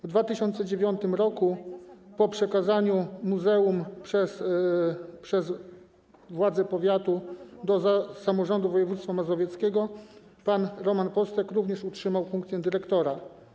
W 2009 r., po przekazaniu muzeum przez władze powiatu do Samorządu Województwa Mazowieckiego, pan Roman Postek również utrzymał funkcję dyrektora.